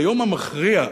ביום המכריע,